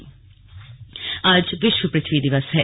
विश्व पृथ्वी दिवस आज विश्व पृथ्वी दिवस है